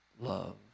love